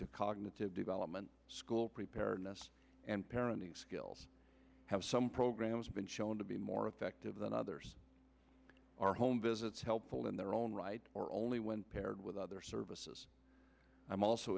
to cognitive development school preparedness and parenting skills have some programs been shown to be more effective than others or home visits helpful in their own right or only when paired with other services i'm also